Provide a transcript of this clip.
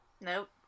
Nope